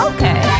Okay